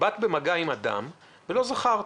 באת במגע עם אדם, ולא זכרת.